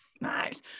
Nice